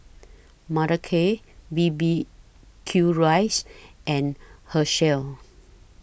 Mothercare B B Q Rice and Herschel